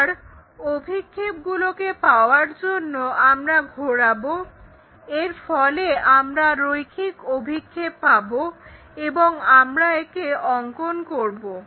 এবার অভিক্ষেপগুলোকে পাওয়ার পর আমরা ঘোরাবো এর ফলে আমরা রৈখিক অভিক্ষেপ পাবো এবং আমরা একে অঙ্কন করব